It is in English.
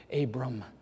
Abram